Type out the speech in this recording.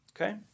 Okay